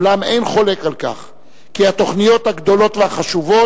אולם אין חולק על כך כי התוכניות הגדולות והחשובות